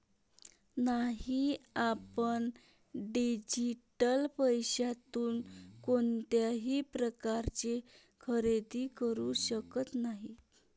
नाही, आपण डिजिटल पैशातून कोणत्याही प्रकारचे खरेदी करू शकत नाही